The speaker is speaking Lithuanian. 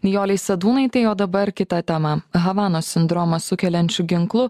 nijolei sadūnaitei o dabar kita tema havanos sindromą sukeliančiu ginklu